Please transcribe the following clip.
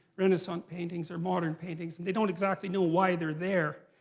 renaissance paintings, or modern paintings. and they don't exactly know why they're there.